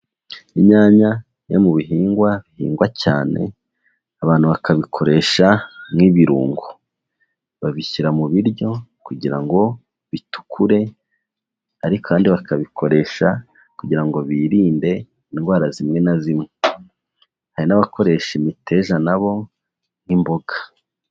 Inyanya ni kimwe mu bihingwa bihingwa cyane abantu bakabikoresha nk'ibirungo. Babishyira mu biryo kugira ngo bitukure. Ariko kandi bakabikoresha kugira ngo birinde indwara zimwe na zimwe. Hari n'abakoresha imiteja na bo nk'imboga.